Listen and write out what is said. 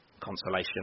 Consolation